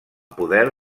poder